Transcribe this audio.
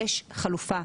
יש חלופה,